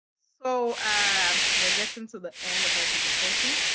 so we're getting to the end of my presentation.